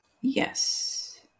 Yes